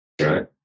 Right